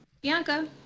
Bianca